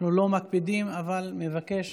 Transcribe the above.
אנחנו לא מקפידים, אבל אני מבקש